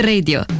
Radio